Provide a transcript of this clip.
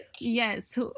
Yes